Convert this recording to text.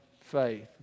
faith